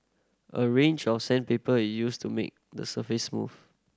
a range of sandpaper is used to make the surface smooth